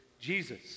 Jesus